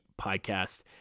podcast